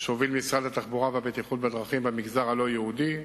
שהוביל משרד התחבורה והבטיחות בדרכים במגזר הלא-יהודי.